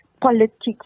Politics